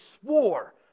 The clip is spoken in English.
swore